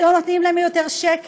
ולא נותנים להם יותר שקל,